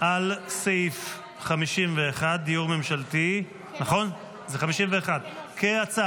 על סעיף 51, דיור ממשלתי, כהצעת